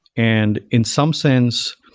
and in some sense,